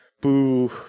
boo